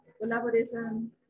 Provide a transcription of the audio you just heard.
collaboration